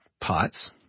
pots